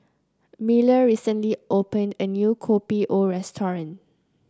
Miller recently opened a new Kopi O restaurant